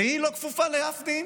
והיא לא כפופה לאף דין,